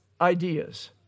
ideas